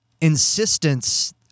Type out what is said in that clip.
insistence